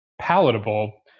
palatable